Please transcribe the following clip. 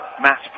mass